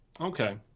Okay